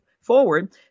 forward